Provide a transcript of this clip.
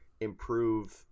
improve